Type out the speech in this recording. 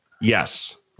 Yes